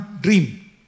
dream